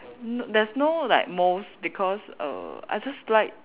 n~ there's no like most because err I just like